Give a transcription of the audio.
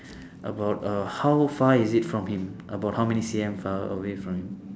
about uh how far is it from him about how many C_M err away from him